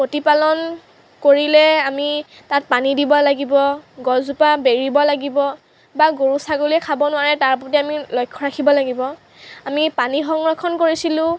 প্ৰতিপালন কৰিলে আমি তাত পানী দিব লাগিব গছজোপা বেৰিব লাগিব বা গৰু ছাগলীয়ে খাব নোৱাৰে তাৰ প্ৰতি আমি লক্ষ্য ৰাখিব লাগিব আমি পানী সংৰক্ষণ কৰিছিলোঁ